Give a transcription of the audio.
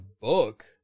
book